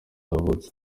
yavutse